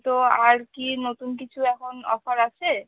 তো আর কী নতুন কিছু এখন অফার আছে